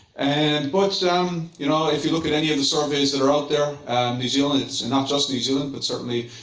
and but so um you know if you look at any of the surveys that are out there new zealand, it's and not just new zealand, but certainly,